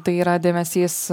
tai yra dėmesys